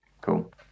cool